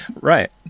right